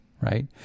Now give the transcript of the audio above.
right